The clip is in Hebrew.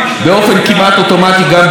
זה יאפשר להוריד מחירים,